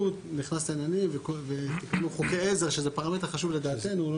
נכנס לעניינים ותיקנו חוקי עזר שזה פרמטר חשוב לדעתנו.